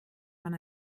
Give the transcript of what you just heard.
man